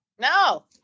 No